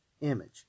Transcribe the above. image